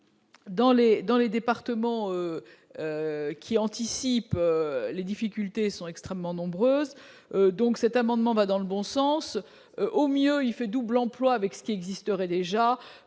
Dans les départements qui anticipent, les difficultés sont très nombreuses, cet amendement va donc dans le bon sens. Au pire, il fera double emploi avec ce qui existe déjà.